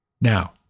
Now